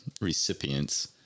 recipients